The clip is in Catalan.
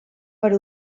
per